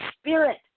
spirit